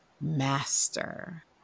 Master